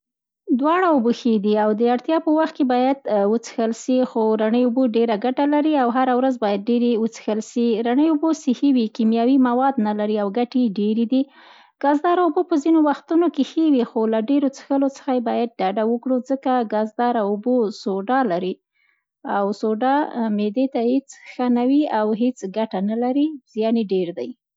دواړه اوبه ښې دي او د اړتیا په وخت کې باید وڅښل سي، خو رڼې اوبه ډېره ګټه لري او هر ورځ باید ډېرې وڅیښل سي. رڼې اوبه صحي وي، کیماوي مواد نه لري او ګټې یې ډېرې دي، ګازداره اوبه په ځیني وختونو کې ښې وي، خو له دېرو څښلو څخه یې باید ډډه وکړو، ځکه ګازداره اوبه سوډا لري او سوډا معدې ته هېڅ نه وي او هېڅ ګټه نه لري، زیان یې ډېر دی.